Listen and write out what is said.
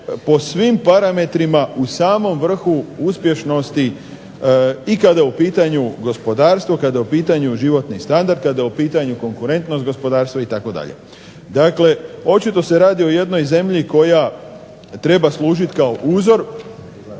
po svim parametrima u samom vrhu uspješnosti i kada je u pitanju gospodarstvo, kada je u pitanju standard, i kada je u pitanju konkurentnost gospodarstva itd. Dakle, očito se radi o jednoj zemlji koja treba služiti kao uzor